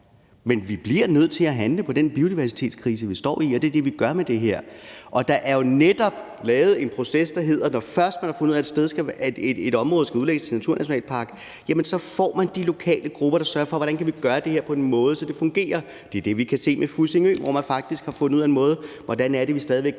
Men vi bliver nødt til at handle på den biodiversitetskrise, vi står i, og det er det, vi gør med det her. Og der er jo netop lavet en proces, der handler om, at når først man har fundet ud af, at et område skal udlægges til naturnationalpark, så får man lokale grupper til at se på, hvordan man kan gøre det på en måde, så det fungerer. Det er det, vi kan se ved Fussingø, hvor man faktisk har fundet en måde, hvorpå man stadig kan